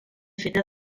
feta